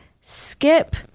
skip